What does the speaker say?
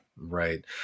right